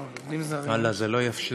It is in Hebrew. יא אללה, זה לא יאומן.